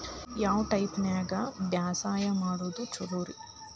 ಯಾವ ಟೈಪ್ ನ್ಯಾಗ ಬ್ಯಾಸಾಯಾ ಮಾಡೊದ್ ಛಲೋರಿ?